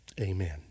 Amen